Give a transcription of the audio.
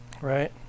right